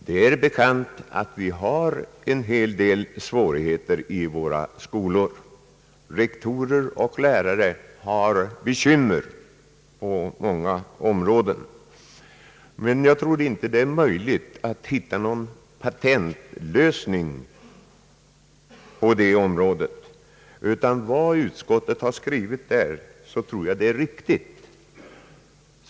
Det är bekant att vi har en hel del svårigheter i våra skolor. Rektorer och lärare har bekymmer på många områden. Men jag tror inte det är möjligt att finna någon patentlösning, utan jag tror att vad utskottet har skrivit är riktigt.